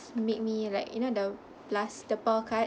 it's made me like you know the plus the card